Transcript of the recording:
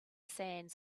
sands